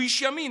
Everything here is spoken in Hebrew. הוא איש ימין,